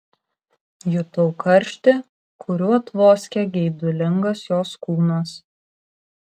jutau karštį kuriuo tvoskė geidulingas jos kūnas